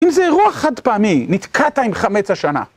אם זה אירוע חד פעמי, נתקעת עם חמץ השנה.